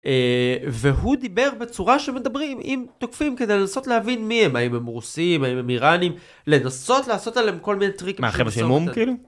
והוא דיבר בצורה שמדברים עם תוקפים כדי לנסות להבין מי הם האם הם רוסים האם הם איראנים לנסות לעשות עליהם כל מיני טריקים.